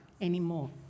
anymore